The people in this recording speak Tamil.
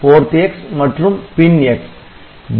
DDRx PORTx மற்றும் PINx